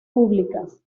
públicas